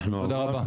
תודה רבה.